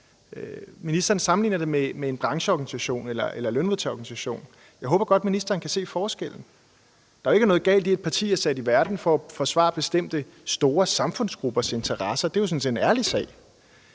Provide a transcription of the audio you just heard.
Ministeren sammenligner det med en brancheorganisation eller lønmodtagerorganisation. Jeg håber, ministeren kan se forskellen. Der er jo ikke noget galt i, at et parti er sat i verden for at forsvare bestemte store samfundsgruppers interesser. Det er sådan set en ærlig sag.